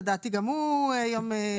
לדעתי גם הוא יום שבתון.